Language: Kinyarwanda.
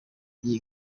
iyi